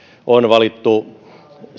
on valittu